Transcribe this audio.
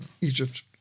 Egypt